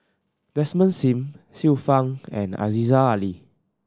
Desmond Sim Xiu Fang and Aziza Ali